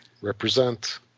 Represent